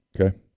Okay